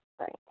Right